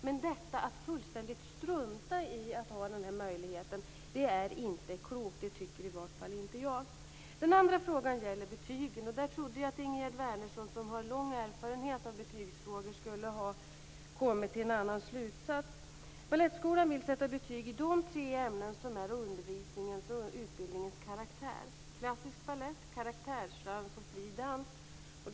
Men att fullständigt strunta i att ha den möjligheten är inte klokt. Det tycker i vart fall inte jag. Den andra frågan gäller betygen. Där trodde jag att Ingegerd Wärnersson, som har lång erfarenhet av betygsfrågor, skulle ha kommit till en annan slutsats. Balettskolan vill sätta betyg i de tre ämnen som är undervisningens och utbildningens karaktär: klassisk balett, karaktärsdans och fri dans.